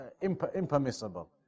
impermissible